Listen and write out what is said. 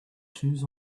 chews